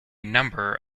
number